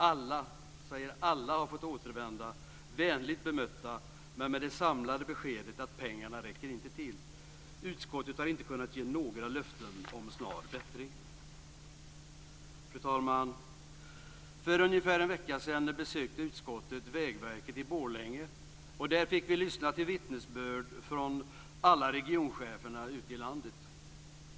Alla - säger alla - har fått återvända, vänligt bemötta men med det samlade beskedet att pengarna inte räcker till. Utskottet har inte kunnat ge några löften om snar bättring. Fru talman! För ungefär en vecka sedan besökte utskottet Vägverket i Borlänge. Där fick vi lyssna till vittnesbörd från alla regionchefer ute i landet.